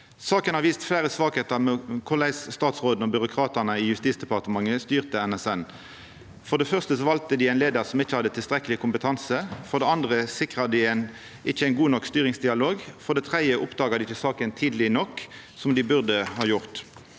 Saka har vist fleire svakheiter ved korleis statsråden og byråkratane i Justisdepartementet har styrt NSM. For det første valde dei ein leiar som ikkje hadde tilstrekkeleg kompetanse. For det andre sikra dei ikkje ein god nok styringsdialog. For det tredje oppdaga dei ikkje saka tidleg nok, slik dei burde ha gjort.